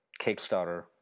Kickstarter